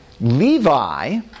Levi